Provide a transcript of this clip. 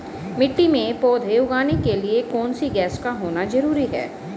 मिट्टी में पौधे उगाने के लिए कौन सी गैस का होना जरूरी है?